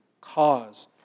cause